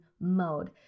mode